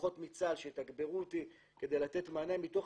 כוחות מצה"ל שיתגברו אותי כדי לתת מענה מתוך